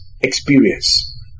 experience